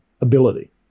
ability